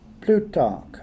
Plutarch